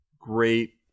great